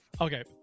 okay